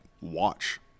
watch